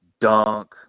dunk